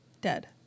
dead